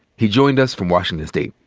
he joined us from washington state.